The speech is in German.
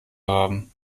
haben